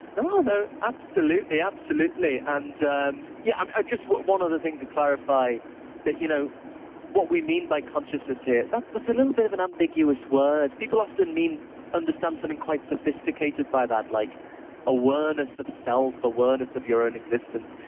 no, ah and absolutely. absolutely and yeah, um ah just one of the things to clarify that you know what we mean by consciousness here, that's that's a little bit of an ambiguous word. people often means understand something quite sophisticated by that like awareness of self, awareness of your own existence,